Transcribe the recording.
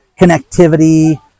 connectivity